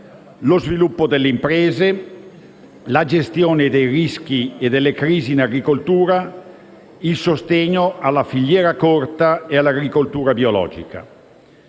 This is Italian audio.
lo sviluppo delle imprese, la gestione dei rischi e delle crisi in agricoltura e il sostegno alla filiera corta e all'agricoltura biologica.